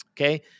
Okay